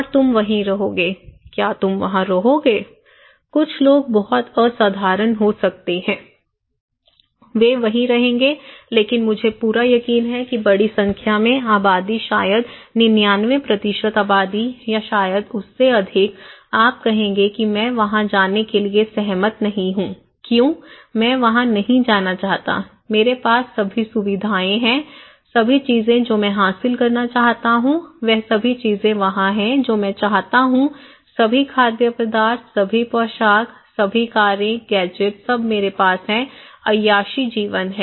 और तुम वहीं रहोगे क्या तुम वहां रहोगे कुछ लोग बहुत असाधारण हो सकते हैं वे वहीं रहेंगे लेकिन मुझे पूरा यकीन है कि बड़ी संख्या में आबादी शायद 99 आबादी या शायद उससे अधिक आप कहेंगे कि मैं वहां जाने के लिए सहमत नहीं हूं क्यों मैं वहां नहीं जाना चाहता मेरे पास सभी सुविधाएं हैं सभी चीजें जो मैं हासिल करना चाहता हूं वह सभी चीजें वहां हैं जो मैं चाहता हूं सभी खाद्य पदार्थ सभी पोशाक सभी कारें गैजेट्स सब मेरे पास हैं ऐयाशी जीवन है